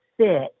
sit